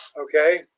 Okay